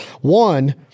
One